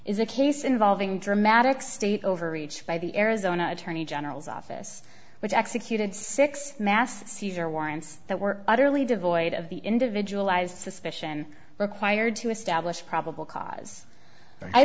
is a case involving dramatic state overreach by the arizona attorney general's office which executed six mass caesar warrants that were utterly devoid of the individual lies suspicion required to establish probable cause